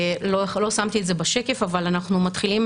לא שמתי את זה בשקף אבל אנחנו מתחילים